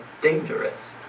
dangerous